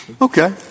Okay